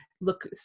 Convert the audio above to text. Look